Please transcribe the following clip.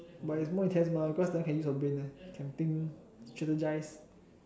but it's more intense mah because that one can use your brain leh can think strategise